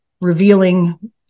revealing